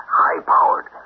high-powered